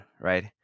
right